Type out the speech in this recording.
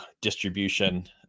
distribution